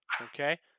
okay